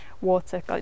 water